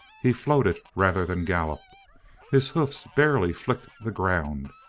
he floated rather than galloped his hoofs barely flicked the ground,